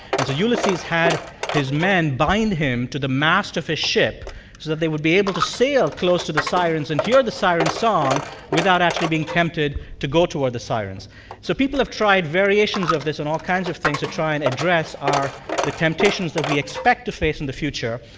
and so ulysses had his men bind him to the mast of his ship so that they would be able to sail close to the sirens and hear the siren song without actually being tempted to go toward the sirens so people have tried variations of this on all kinds of things to try and address our the temptations that we expect to face in the future.